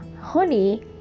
honey